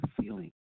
feeling